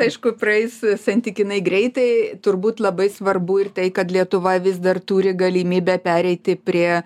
aišku praeis santykinai greitai turbūt labai svarbu ir tai kad lietuva vis dar turi galimybę pereiti prie